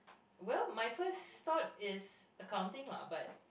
well my first thought is accounting lah but